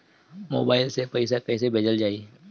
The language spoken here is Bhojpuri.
मोबाइल से पैसा कैसे भेजल जाइ?